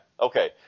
okay